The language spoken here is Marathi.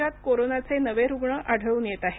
राज्यात कोरोनाचे नवे रुग्ण आढळून येत आहेत